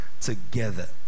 together